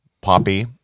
poppy